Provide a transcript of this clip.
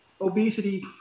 obesity